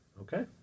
Okay